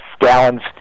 gallons